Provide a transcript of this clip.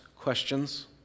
questions